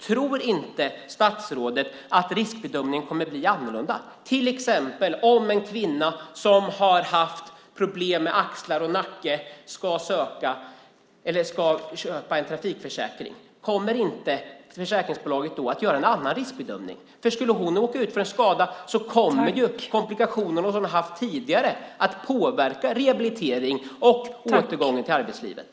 Tror inte statsrådet att riskbedömningen kommer att bli annorlunda till exempel om en kvinna som har haft problem med axlar och nacke ska köpa en trafikförsäkring? Kommer inte försäkringsbolaget då att göra en annan riskbedömning? Om hon skulle råka ut för en skada kommer de komplikationer som hon har haft tidigare att påverka rehabilitering och återgången till arbetslivet.